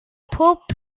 pob